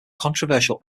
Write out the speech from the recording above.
controversial